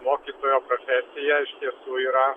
mokytojo profesija iš tiesų yra